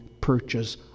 purchase